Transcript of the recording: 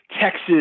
Texas